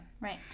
Right